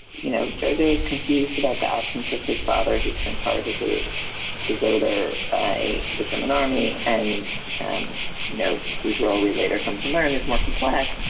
you know, jerdev confused about the absence of his father, who's been targeted toward her by the german army. and you um know, whose role only later come to learn is more complex.